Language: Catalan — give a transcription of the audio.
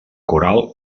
coral